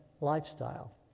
lifestyle